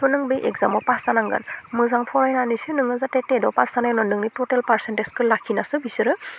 थह नों बे एगजामाव फास जानांगोन मोजां फरायनानैसो नोहां जाहाते टेटआव फास जानायनि उनाव नोंनि टटेल फारसेन्टटेजखौ लाखिनासो बिसोरो